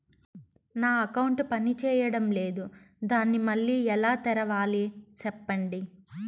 నా అకౌంట్ పనిచేయడం లేదు, దాన్ని మళ్ళీ ఎలా తెరవాలి? సెప్పండి